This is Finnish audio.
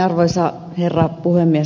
arvoisa herra puhemies